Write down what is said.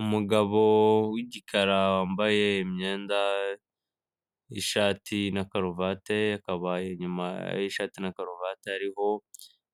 Umugabo w'igikara wambaye imyenda, ishati na karuvati, kabaye inyuma y'ishati na karuvati hariho,